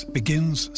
begins